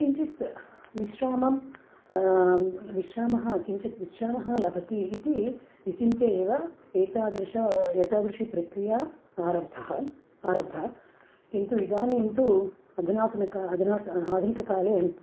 किञ्चित् विश्रामः विश्रामः किञ्चित् विश्रामः लभ्यते इति विचिन्त्य एव एतादृश एतादृशी प्रक्रिया आरब्धा आरब्धा किन्तु इदानीं तु अधुनातने का अधुना क् आधुनिककाले